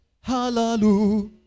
Hallelujah